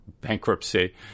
bankruptcy